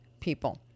people